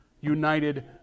United